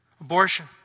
Abortion